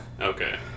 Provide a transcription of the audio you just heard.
Okay